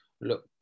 look